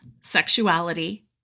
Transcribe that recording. sexuality